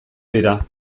dira